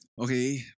Okay